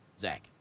Zach